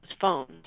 phones